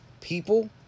people